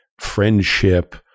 friendship